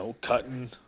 cutting